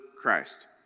Christ